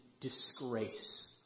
disgrace